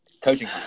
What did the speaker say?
Coaching